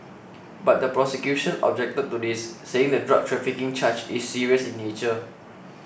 but the prosecution objected to this saying the drug trafficking charge is serious in nature